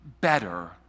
better